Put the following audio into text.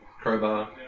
crowbar